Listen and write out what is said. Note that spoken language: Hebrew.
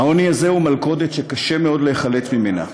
העוני הזה הוא מלכודת שקשה מאוד להיחלץ ממנה,